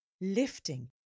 lifting